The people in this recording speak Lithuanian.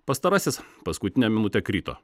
pastarasis paskutinę minutę krito